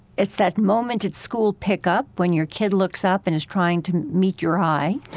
it's that moment at school pickup when your kid looks up and is trying to meet your eye.